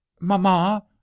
mamma